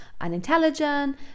unintelligent